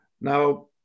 Now